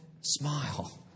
smile